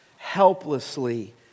Helplessly